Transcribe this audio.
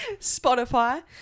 Spotify